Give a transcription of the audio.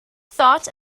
thought